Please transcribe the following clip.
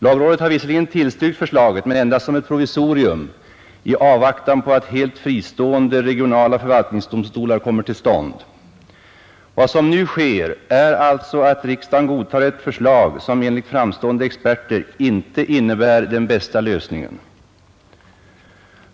Lagrådet har visserligen tillstyrkt förslaget men endast som ett provisorium i avvaktan på att helt fristående regionala förvaltningsdomstolar kommer till stånd. Vad som nu sker är alltså att riksdagen godtar ett lagförslag, som enligt framstående experter inte innebär den bästa lösningen.